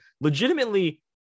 legitimately